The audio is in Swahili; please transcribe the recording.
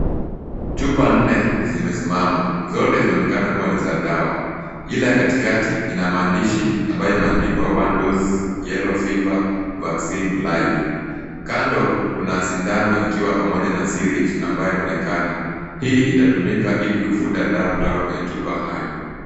Chupa nne zimesimama, zote zinaonekana kuwa ni za dawa ile katikati ina maandishi ambayo imeandikwa one dose yellow fever vaccine live . Kando kuna sindano ikiwa pamoja na syringe ambayo inaonekana. Hii itatumika ili kuvuta dawa kutoka kwenye chupa hayo.